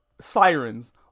sirens